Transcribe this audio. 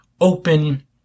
open